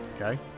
Okay